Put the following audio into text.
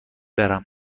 برم